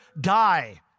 die